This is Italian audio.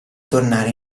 tornare